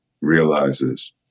realizes